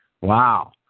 Wow